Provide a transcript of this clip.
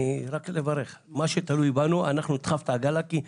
אנחנו נדחף את העגלה במה שתלוי בנו, ועצה,